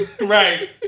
Right